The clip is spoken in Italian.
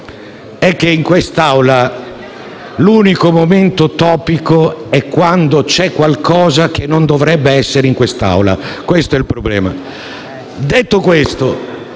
È che in quest'Aula l'unico momento topico è quando c'è qualcosa che non dovrebbe essere in quest'Aula: questo è il problema. Detto questo,